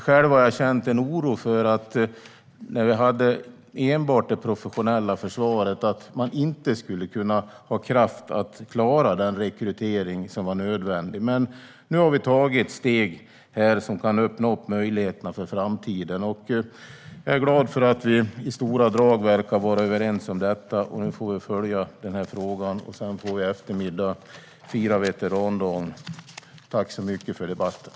Själv har jag känt en oro när vi enbart hade det professionella försvaret att man inte skulle kunna ha kraft att klara den rekrytering som var nödvändig. Men nu har vi tagit steg som kan öppna möjligheterna för framtiden. Jag är glad för att vi i stora drag verkar vara överens om detta. Nu får vi följa frågan, och i eftermiddag får vi fira veterandagen.